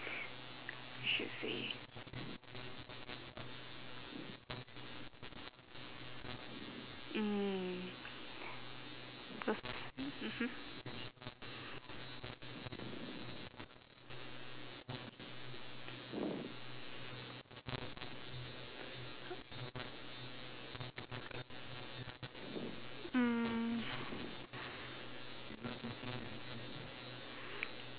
I should say mm cause mmhmm